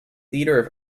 theatre